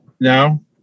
No